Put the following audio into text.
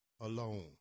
alone